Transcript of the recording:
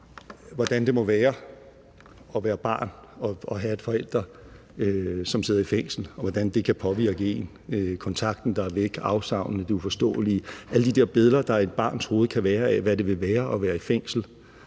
hvordan det må være at være barn og have en forælder, som sidder i fængsel, og hvordan det kan påvirke en. Det gælder kontakten, der er væk, afsavnet, det uforståelige – alle de der billeder, der kan være i et barns hoved af, hvordan det kan være at være i fængsel